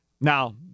Now